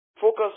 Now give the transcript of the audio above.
Focus